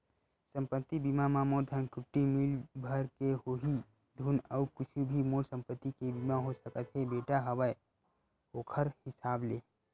संपत्ति बीमा म मोर धनकुट्टी मील भर के होही धुन अउ कुछु भी मोर संपत्ति के बीमा हो सकत हे बेटा हवय ओखर हिसाब ले?